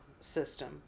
system